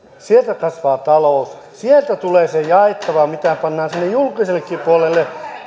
sieltä kasvaa talous sieltä tulee se jaettava mitä pannaan sinne julkisellekin puolelle